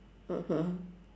(uh huh)